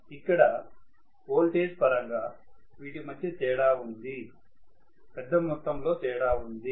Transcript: ఇక్కడ ఓల్టేజ్ పరంగా వీటి మధ్య తేడా ఉంది పెద్ద మొత్తం లో తేడా ఉంది